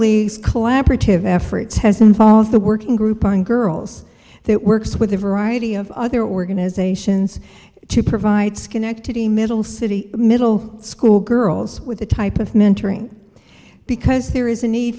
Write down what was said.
league's collaborative efforts has involved the working group on girls that works with a variety of other organizations to provide schenectady middle city middle school girls with the type of mentoring because there is a need